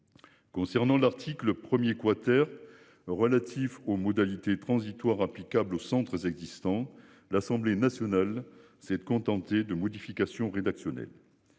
Concernant l'article 1er quater. Relatif aux modalités transitoires applicables aux centres existants. L'Assemblée nationale. Contenté de modification rédactionnelle.